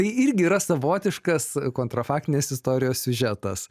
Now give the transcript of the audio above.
tai irgi yra savotiškas kontra faktinės istorijos siužetas